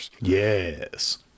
Yes